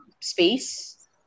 space